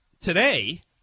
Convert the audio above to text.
Today